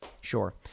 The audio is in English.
Sure